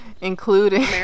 including